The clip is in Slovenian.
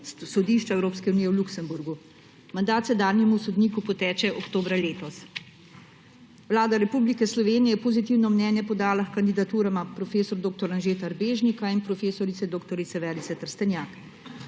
sodišča Evropske unije v Luksemburgu. Mandat sedanjemu sodniku poteče oktobra letos. Vlada Republike Slovenije je pozitivno mnenje podala k kandidaturama prof. dr. Anžeta Erbežnika in prof. dr. Verice Trstenjak.